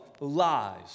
lies